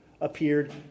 appeared